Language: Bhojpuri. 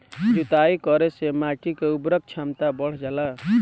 जुताई करे से माटी के उर्वरक क्षमता बढ़ जाला